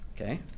Okay